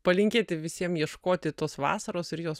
palinkėti visiem ieškoti tos vasaros ir jos